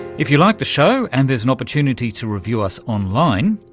if you like the show and there's an opportunity to review us online,